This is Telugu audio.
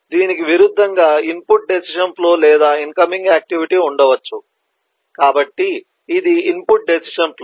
దీనికి విరుద్ధంగా ఇన్పుట్ డెసిషన్ ఫ్లో లేదా ఇన్కమింగ్ యాక్టివిటీ ఉండవచ్చు కాబట్టి ఇది ఇన్పుట్ డెసిషన్ ఫ్లో